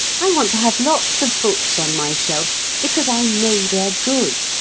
i want to have lots of books on my shelves because i know they are good,